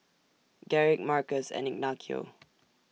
Garrick Markus and Ignacio